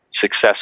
success